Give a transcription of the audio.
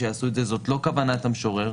זאת לא כוונת המשורר.